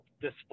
display